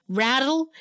rattle